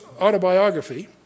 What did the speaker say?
autobiography